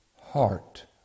heart